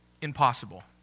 Impossible